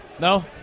No